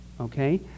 okay